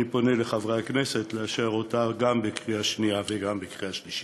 אני פונה לחברי הכנסת לאשר אותה גם בקריאה שנייה וגם בקריאה שלישית.